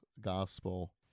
gospel